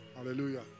Hallelujah